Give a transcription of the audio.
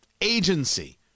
agency